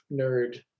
nerd